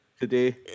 today